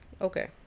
Okay